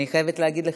אני חייבת לומר לך,